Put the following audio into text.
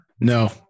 No